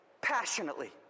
passionately